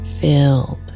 filled